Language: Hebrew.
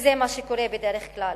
שזה מה שקורה בדרך כלל.